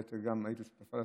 גם אורלי הייתה שותפה,